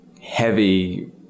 heavy